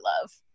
love